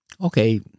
Okay